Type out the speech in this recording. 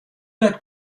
let